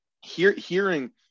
hearing